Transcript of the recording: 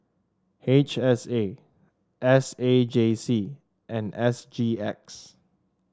H S A S A J C and S G X